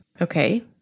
Okay